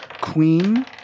queen